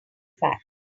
fact